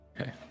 Okay